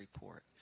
report